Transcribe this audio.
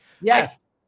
Yes